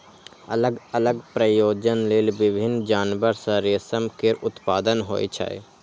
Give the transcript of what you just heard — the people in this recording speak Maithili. अलग अलग प्रयोजन लेल विभिन्न जानवर सं रेशम केर उत्पादन होइ छै